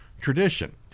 tradition